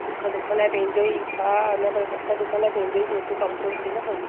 सुख दुख लाइ पंहिंजो ई हा न पर सुख दुख लाइ पंहिंजो ई पैसो कमु थो अचे न पोइ